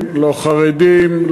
לא חרדים,